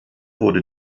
wurde